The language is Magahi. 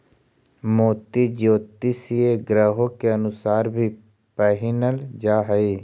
मोती ज्योतिषीय ग्रहों के अनुसार भी पहिनल जा हई